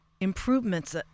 Improvements